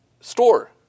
store